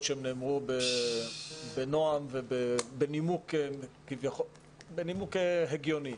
למרות שהם נאמרו בנועם ובנימוק הגיוני.